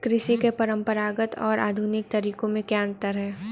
कृषि के परंपरागत और आधुनिक तरीकों में क्या अंतर है?